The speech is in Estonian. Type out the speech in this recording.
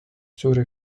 suure